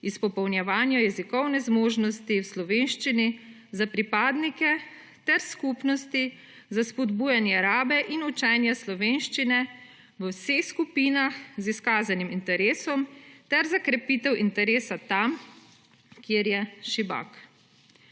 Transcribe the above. (nadaljevanje) v slovenščini za pripadnike ter skupnosti za spodbujanje rabe in učenja slovenščine v vseh skupinah z izkazanim interesom ter za krepitev interesa tam, kjer je šibak.